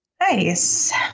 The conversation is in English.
nice